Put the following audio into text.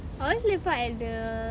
I always lepak at the